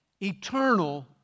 eternal